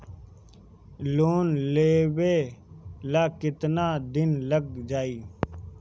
Loan लेबे ला कितना दिन लाग जाई?